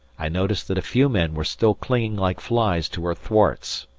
i noticed that a few men were still clinging like flies to her thwarts.